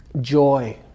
joy